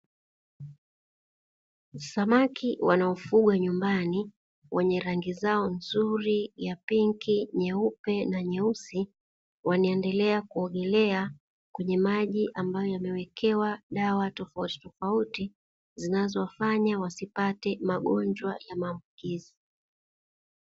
Samaki wanaofugwa nyumbani wenye rangi zao nzuri ya pinki, nyeupe na nyeusi wanaendelea kuogelea kwenye maji ambayo yamewekewa dawa tofautitofauti, zinazowafanya wasipate magonjwa ya maambukizi.